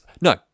No